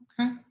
okay